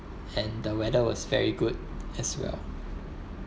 and the weather was very good as well